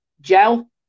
gel